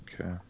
Okay